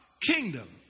Kingdom